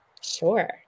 Sure